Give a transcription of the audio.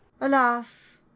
Alas